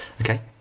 Okay